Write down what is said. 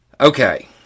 Okay